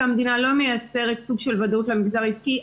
המדינה לא מייצרת סוג של ודאות למגזר העסקי.